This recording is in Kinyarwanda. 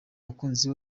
mukunzi